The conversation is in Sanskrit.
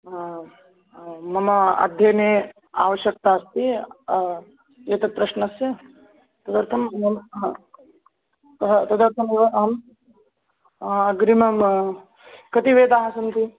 आम् आं मम अध्ययने आवश्यकता अस्ति एतत् प्रश्नस्य तदर्थं मम हा अतः तदर्थमेव अहं अग्रिमं म कति वेदाः सन्ति